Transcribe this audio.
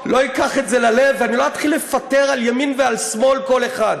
לא אקח את זה ללב ואני לא אתחיל לפטר על ימין ועל שמאל כל אחד,